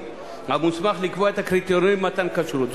המוסמך לקבוע את הקריטריונים למתן כשרות",